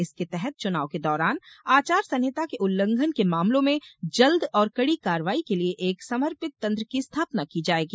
इसके तहत चुनाव के दौरान आचार संहिता के उल्लंघन के मामलों में जल्द और कड़ी कार्रवाई के लिए एक समर्पित तंत्र की स्थापना की जाएगी